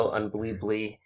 unbelievably